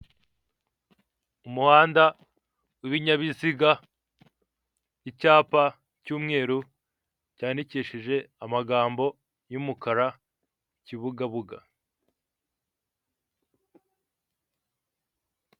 Umuhanda w'ibinyabiziga, icyapa cy'umweru cyandikishije amagambo y'umukara, Kibugabuga.